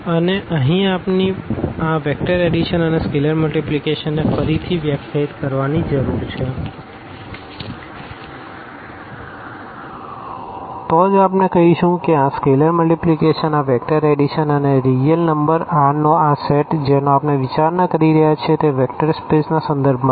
અને અહીં આપણે આ વેક્ટરના એડીશન અને સ્કેલર મલ્ટીપ્લીકેશનને ફરીથી વ્યાખ્યાયિત કરવાની જરૂર છે તો જ આપણે કહીશું કે આ સ્કેલર મલ્ટીપ્લીકેશન આ વેક્ટરના એડીશન અને રીઅલ નંબર Rનો આ સેટ જેનો આપણે વિચારણા કરી રહ્યા છીએ તે વેક્ટર સ્પેસ ના સંદર્ભ માં છે